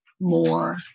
more